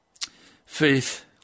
faith